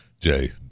Jay